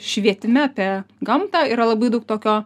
švietime apie gamtą yra labai daug tokio